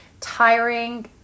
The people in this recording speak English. tiring